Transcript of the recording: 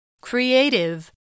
Creative